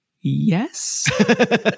yes